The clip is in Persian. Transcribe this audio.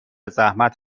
زحمت